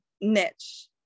niche